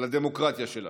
על הדמוקרטיה שלנו.